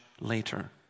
later